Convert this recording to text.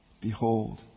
Behold